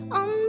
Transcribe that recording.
on